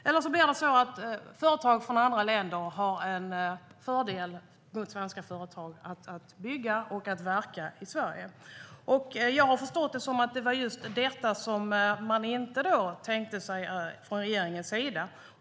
Eller också får företag från andra länder en fördel gentemot svenska företag när det gäller att bygga och verka i Sverige. Jag har förstått det som att det var just detta man inte hade tänkt sig från regeringens sida.